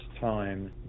time